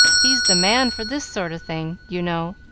he's the man for this sort of thing, you know.